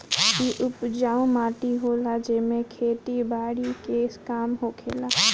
इ उपजाऊ माटी होला जेमे खेती बारी के काम होखेला